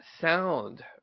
sound